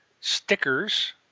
stickers